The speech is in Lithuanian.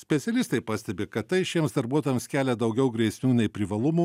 specialistai pastebi kad tai šiems darbuotojams kelia daugiau grėsmių nei privalumų